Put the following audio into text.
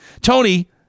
Tony